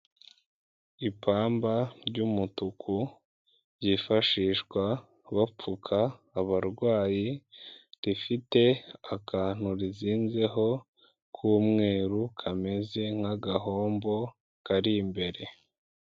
Ipamba ry'umutuku, ryifashishwa bapfuka abarwayi, rifite akantu rizinzeho k'umweru, kameze nk'agahombo, kari imbere.